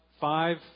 five